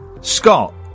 Scott